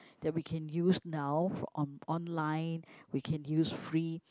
that we can use now on online we can use free